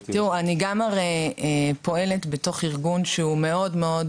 תראו, אני גם פועלת בתוך ארגון שהוא מאוד-מאוד